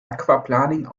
aquaplaning